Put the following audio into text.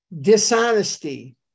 dishonesty